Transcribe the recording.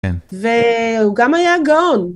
והוא גם היה גאון.